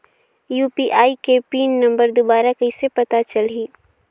UPI के PIN number दुबारा कइसे पता चलही?